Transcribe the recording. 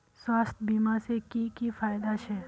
स्वास्थ्य बीमा से की की फायदा छे?